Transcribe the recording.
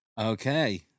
Okay